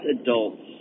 adults